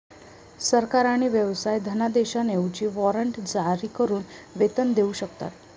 सरकार आणि व्यवसाय धनादेशांऐवजी वॉरंट जारी करून वेतन देऊ शकतात